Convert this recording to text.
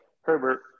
Herbert